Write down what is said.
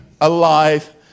alive